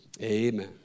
Amen